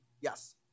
Yes